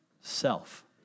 self